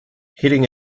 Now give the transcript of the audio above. heading